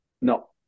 No